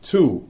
Two